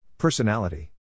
Personality